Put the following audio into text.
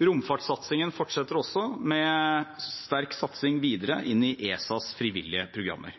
Romfartssatsingen fortsetter også, med sterk satsing videre inn i ESAs frivillige programmer.